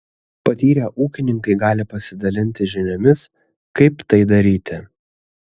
patyrę ūkininkai gali pasidalinti žiniomis kaip tai daryti